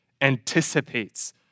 anticipates